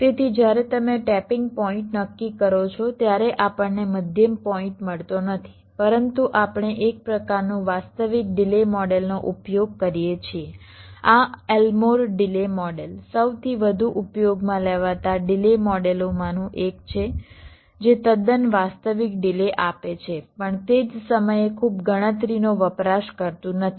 તેથી જ્યારે તમે ટેપીંગ પોઇન્ટ નક્કી કરો છો ત્યારે આપણને મધ્યમ પોઇન્ટ મળતો નથી પરંતુ આપણે એક પ્રકારનું વાસ્તવિક ડિલે મોડેલનો ઉપયોગ કરીએ છીએ આ એલ્મોર ડિલે મોડેલ સૌથી વધુ ઉપયોગમાં લેવાતા ડિલે મોડેલોમાંનું એક છે જે તદ્દન વાસ્તવિક ડિલે આપે છે પણ તે જ સમયે ખૂબ ગણતરીનો વપરાશ કરતું નથી